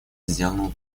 сделанному